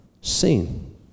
seen